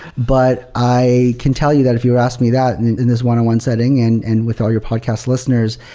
but i can tell you that if you were asking me that and in this one-on-one setting and and with all your podcast listeners,